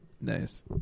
Nice